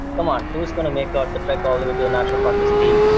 come on, who's going to make ah the trek all the way to a national park to steal?